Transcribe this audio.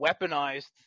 weaponized